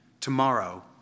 Tomorrow